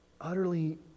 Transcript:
utterly